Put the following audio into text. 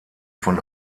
von